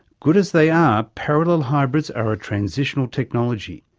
good as they are, parallel hybrids are a transitional technology.